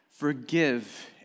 Forgive